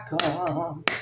come